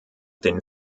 den